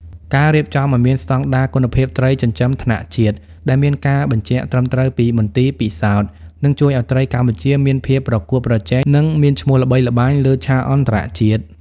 ការរៀបចំឱ្យមានស្តង់ដារគុណភាពត្រីចិញ្ចឹមថ្នាក់ជាតិ ដែលមានការបញ្ជាក់ត្រឹមត្រូវពីមន្ទីរពិសោធន៍ នឹងជួយឱ្យត្រីកម្ពុជាមានភាពប្រកួតប្រជែង និងមានឈ្មោះល្បីល្បាញលើឆាកអន្តរជាតិ។